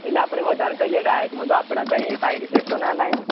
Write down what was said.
એટલે આપણે વધારે ખાઈએ ડાયટમાં તો આપણને કંઈ સાઇડ ઇફેક્ટ તો ના થાયને